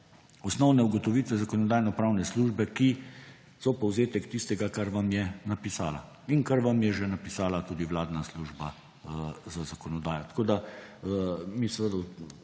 osnovne ugotovitve Zakonodajno-pravne službe, ki so povzetek tistega, kar vam je napisala in kar vam je že napisala tudi vladna služba za zakonodajo. Mi nismo